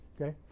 okay